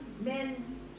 men